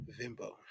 Vimbo